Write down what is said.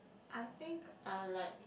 I think I like